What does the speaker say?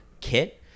kit